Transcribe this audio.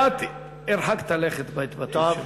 קצת, קצת הרחקת לכת בהתבטאות שלך.